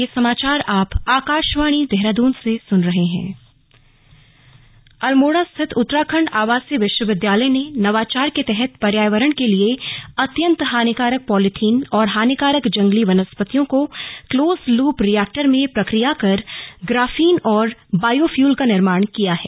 graphene और biofuel Almora स्थित उत्तराखण्ड आवासीय विश्वविद्यालय ने नवाचार के तहत पर्यावरण के लिए अत्यंत हानिकारक पॉलीथिन और हानिकारक जंगली वनस्पतियों को क्लोज्ड लूप रिएक्टर में प्रक्रिया कर ग्राफीन और बायोफ्यूल का निर्माण किया है